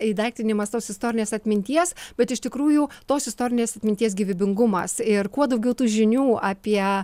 įdaiktinimas tos istorinės atminties bet iš tikrųjų tos istorinės atminties gyvybingumas ir kuo daugiau tų žinių apie